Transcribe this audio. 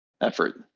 effort